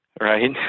right